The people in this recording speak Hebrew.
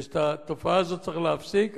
את התופעה הזאת צריך להפסיק,